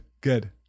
good